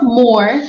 more